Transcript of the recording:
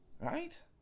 Right